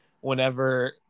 whenever